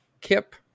Kip